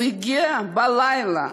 הוא הגיע בלילה,